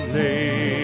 lay